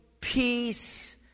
peace